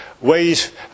ways